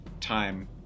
time